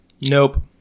Nope